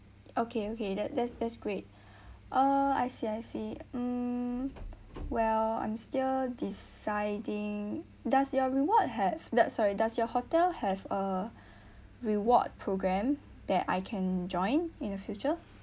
okay okay that that's that's great uh I see I see mm well I'm still deciding does your reward have that sorry does your hotel have a reward program that I can join in the future